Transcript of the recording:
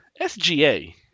SGA